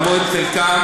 ותרמו את חלקם.